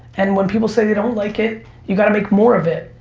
and when people say they don't like it, you gotta make more of it.